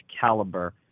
caliber